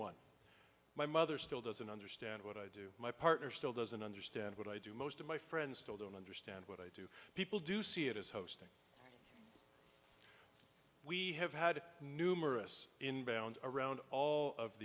one my mother still doesn't understand what i do my partner still doesn't understand what i do most of my friends still don't understand what i do people do see it as hosting we have had numerous inbounds around all of